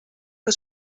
que